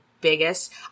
biggest